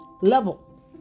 level